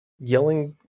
yelling